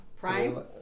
Prime